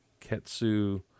Ketsu